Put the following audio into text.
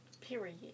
Period